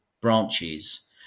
branches